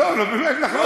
לא באמת נהרוס.